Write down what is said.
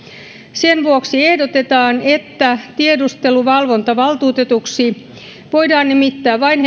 sen vuoksi ehdotetaan että tiedusteluvalvontavaltuutetuksi voidaan nimittää vain